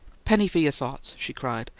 penny for your thoughts! she cried,